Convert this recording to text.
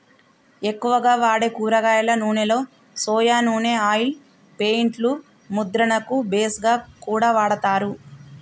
ఎక్కువగా వాడే కూరగాయల నూనెలో సొయా నూనె ఆయిల్ పెయింట్ లు ముద్రణకు బేస్ గా కూడా వాడతారు